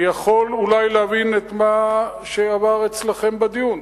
אני יכול להבין אולי את מה שעבר אצלכם בדיון,